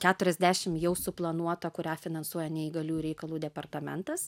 keturiasdešim jau suplanuota kurią finansuoja neįgaliųjų reikalų departamentas